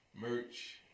merch